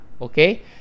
Okay